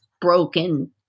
broken